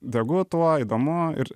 degu tuo įdomu ir